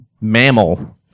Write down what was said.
mammal